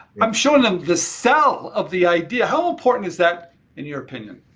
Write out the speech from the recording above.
i'm showing them the sell of the idea. how important is that in your opinion?